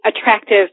attractive